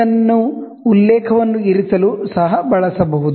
ಇದನ್ನು ಉಲ್ಲೇಖವನ್ನು ಇರಿಸಲು ಸಹ ಬಳಸಬಹುದು